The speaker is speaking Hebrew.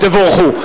תבורכו.